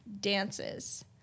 dances